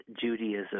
Judaism